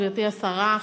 גברתי השרה,